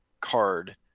card